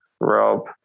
Rob